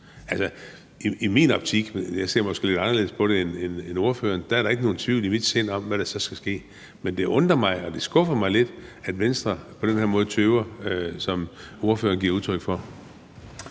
af Hamas? Jeg ser måske lidt anderledes på det end ordføreren, men i min optik er der ikke nogen tvivl om, hvad der så skal ske. Men det undrer mig og skuffer mig lidt, at Venstre på den her måde tøver, som ordføreren giver udtryk for.